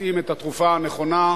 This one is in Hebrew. מוצאים את התרופה הנכונה,